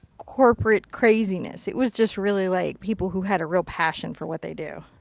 corporate craziness. it was just really like people who had a real passion for what they do.